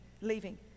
leaving